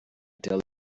tell